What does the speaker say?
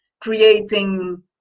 creating